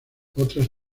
otras